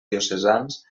diocesans